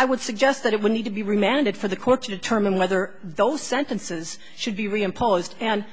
i would suggest that it would need to be remanded for the court to determine whether those sentences should be reimposed and